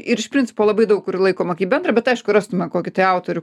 ir iš principo labai daug kur laikoma kaip bendra bet aišku rastume kokį tai autorių